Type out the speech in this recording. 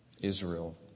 Israel